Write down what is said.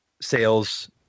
Sales